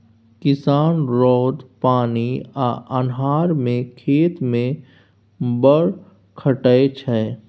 किसान रौद, पानि आ अन्हर मे खेत मे बड़ खटय छै